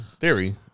theory